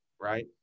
right